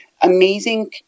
amazing